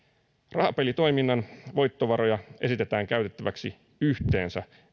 rahapelitoiminnan voittovaroja esitetään käytettäväksi yhteensä